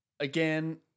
Again